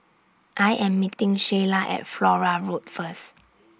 I Am meeting Sheyla At Flora Road First